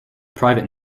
private